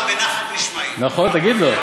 אתה נהנה להיות שכיר חרב, תגיד לי?